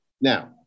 Now